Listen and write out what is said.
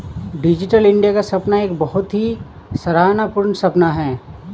digital India का सपना एक बहुत ही सराहना पूर्ण सपना है